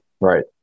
right